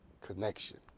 connection